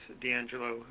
D'Angelo